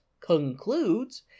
concludes